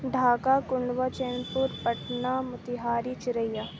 Dhaka Kundwa Chainpur Patna Motihari Chiriya